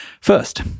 first